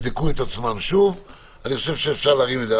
אני חושב שאפשר להרים את זה.